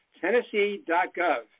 Tennessee.gov